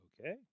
Okay